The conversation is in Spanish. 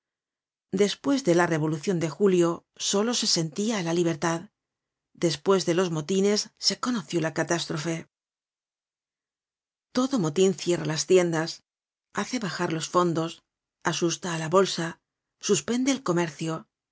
despues de la revolucion de julio solo se sentía la libertad despues de los motines se conoció la catástrofe todo motin cierra las tiendas hace bajar los fondos asusta á la bolsa suspende el comercio